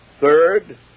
Third